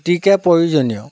অতিকে প্ৰয়োজনীয়